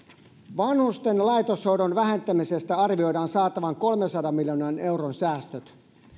vanhusten laitoshoidon vähentämisestä arvioidaan saatavan kolmensadan miljoonan euron säästöt